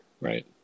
right